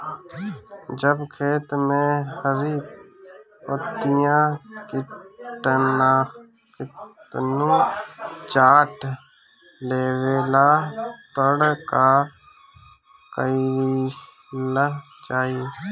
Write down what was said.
जब खेत मे हरी पतीया किटानु चाट लेवेला तऽ का कईल जाई?